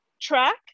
track